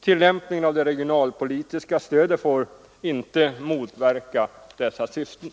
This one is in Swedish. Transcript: Tillämpningen av det regionalpolitiska stödet får inte motverka dessa syften.